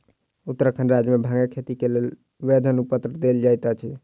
उत्तराखंड राज्य मे भांगक खेती के लेल वैध अनुपत्र देल जाइत अछि